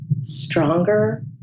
stronger